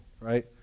right